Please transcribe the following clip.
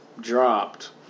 dropped